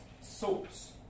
source